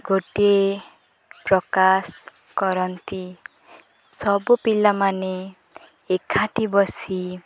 ଗୋଟିଏ ପ୍ରକାଶ କରନ୍ତି ସବୁ ପିଲାମାନେ ଏକାଠି ବସି